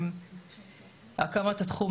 הקמת התחום,